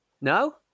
No